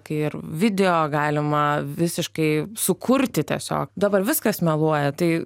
kai ir video galima visiškai sukurti tiesiog dabar viskas meluoja tai